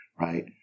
right